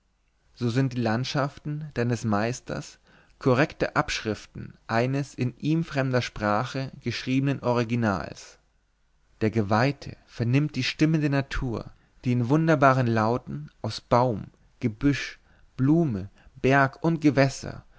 so sind die landschaften deines meisters korrekte abschriften eines in ihm fremder sprache geschriebenen originals der geweihte vernimmt die stimme der natur die in wunderbaren lauten aus baum gebüsch blume berg und gewässer